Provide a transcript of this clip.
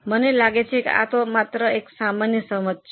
મને લાગે છે કે તે માત્ર એક સામાન્ય સમજ છે